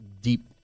deep